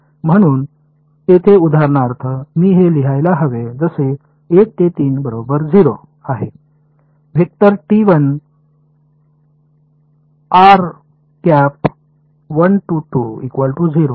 म्हणून येथे उदाहरणार्थ मी हे लिहायला हवे जसे 1 3 बरोबर 0 आहे